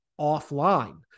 offline